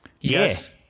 Yes